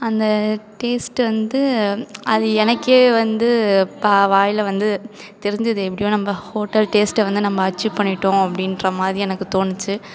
அந்த டேஸ்ட்டு வந்து அது எனக்கு வந்து பா வாயில் வந்து தெரிஞ்சிது எப்படியோ நம்ம ஹோட்டல் டேஸ்ட்டை வந்து நம்ம அச்சீவ் பண்ணிட்டோம் அப்படின்ற மாதிரி எனக்கு தோணுச்சி